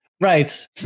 Right